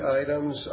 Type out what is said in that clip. items